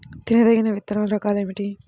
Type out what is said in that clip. తినదగిన విత్తనాల రకాలు ఏమిటి?